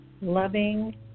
loving